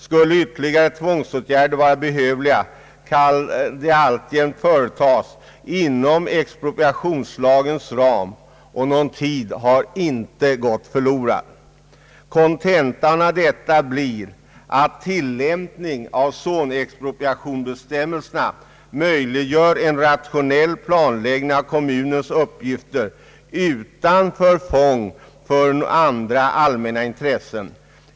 Skulle ytterligare tvångsåtgärder vara behövliga, kan de alltjämt företas inom expropriationslagens ram, och någon tid har inte gått förlorad. Kontentan av detta blir att tillämpning av zonexpropriationsbestämmelserna möjliggör en rationell planläggning av kommunens uppgifter utan förfång för andra allmänna intressen.